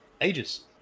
ages